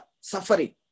suffering